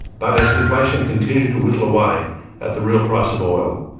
but as inflation continued to whittle away at the real price of oil,